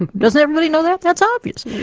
and doesn't everybody know that, that's obvious.